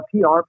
PR